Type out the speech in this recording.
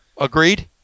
Agreed